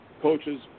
coaches